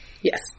Yes